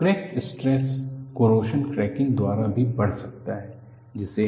crack stress corrosion cracking द्वारा भी बढ़ सकता है जिसे